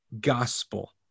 gospel